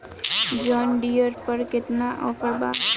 John Deere पर केतना offer बा?